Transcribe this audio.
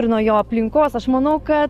ir nuo jo aplinkos aš manau ka